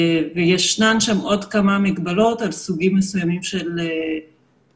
יש שם עוד כמה מגבלות על סוגים מסוימים של עסקים,